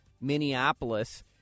Minneapolis